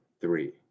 three